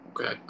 okay